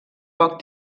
poc